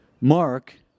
Mark